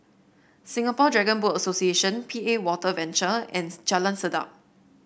Singapore Dragon Boat Association P A Water Venture and Jalan Sedap